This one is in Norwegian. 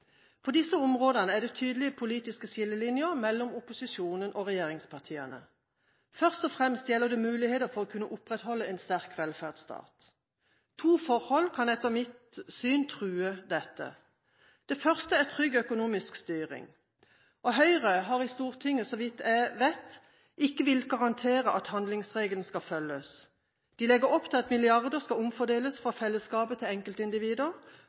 På disse områdene er det tydelige politiske skillelinjer mellom opposisjonen og regjeringspartiene. Først og fremst gjelder det muligheter for å kunne opprettholde en sterk velferdsstat. To forhold kan etter mitt syn true den. Det første er en trygg økonomisk styring. Høyre har i Stortinget – så vidt jeg vet – ikke villet garantere at handlingsregelen skal følges. De legger opp til at milliarder skal omfordeles fra fellesskapet til enkeltindivider,